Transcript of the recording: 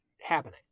happening